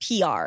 PR